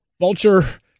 vulture